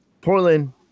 Portland